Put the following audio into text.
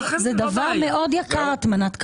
זה דבר מאוד יקר, הטמנת קווים.